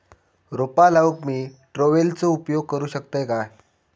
रोपा लाऊक मी ट्रावेलचो उपयोग करू शकतय काय?